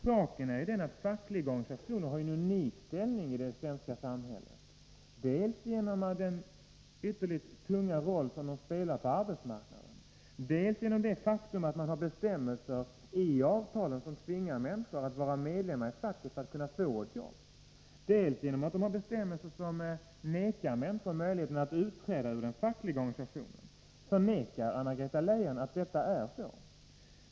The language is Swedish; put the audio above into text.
Saken är den, att fackliga organisationer har en unik ställning i det svenska samhället, dels genom den ytterligt viktiga roll som de spelar på arbetsmarknaden, dels genom det faktum att man har bestämmelser i avtalen som tvingar människor att vara medlemmar i facket för att kunna få jobb, dels genom att man har bestämmelser som förmenar människor möjligheten att utträda ur den fackliga organisationen. Förnekar Anna-Greta Leijon att det är så?